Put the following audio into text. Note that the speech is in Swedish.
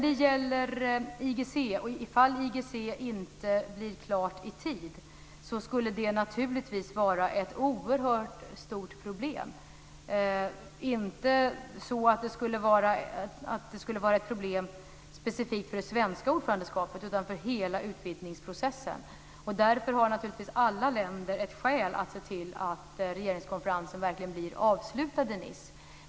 Ifall IGC:n inte blir klar i tid skulle det naturligtvis vara ett oerhört stort problem. Det skulle inte vara ett problem specifikt för det svenska ordförandeskapet utan för hela utvidgningsprocessen. Därför har naturligtvis alla länder ett skäl att se till att regeringskonferensen verkligen blir avslutad i Nice.